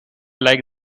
like